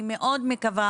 אני מאוד מקווה